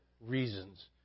reasons